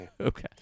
okay